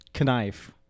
Knife